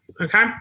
okay